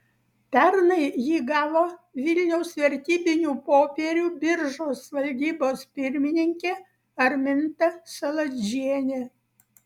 pernai jį gavo vilniaus vertybinių popierių biržos valdybos pirmininkė arminta saladžienė